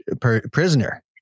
prisoner